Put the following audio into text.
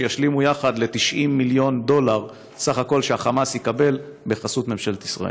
שישלימו יחד ל-90 מיליון דולר סך הכול שהחמאס יקבל בחסות ממשלת ישראל.